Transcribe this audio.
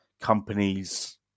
companies